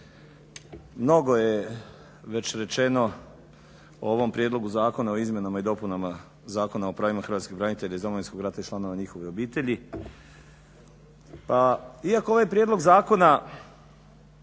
Mnogo je već rečeno o ovom Prijedlogu zakona o izmjenama i dopunama Zakona o pravima hrvatskih branitelja iz Domovinskog rata i članova njihovih obitelji. Pa iako ovaj prijedlog zakona